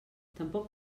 tampoc